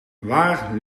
waar